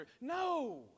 No